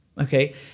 okay